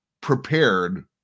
prepared